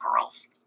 girls